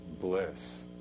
bliss